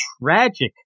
tragic